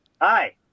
hi